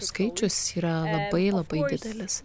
skaičius yra labai labai didelis